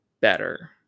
better